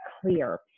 clear